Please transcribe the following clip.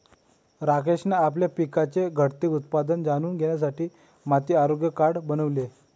राकेशने आपल्या पिकाचे घटते उत्पादन जाणून घेण्यासाठी माती आरोग्य कार्ड बनवले